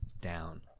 down